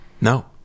No